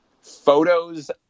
photos